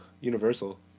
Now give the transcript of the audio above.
Universal